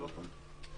מספקת.